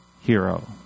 hero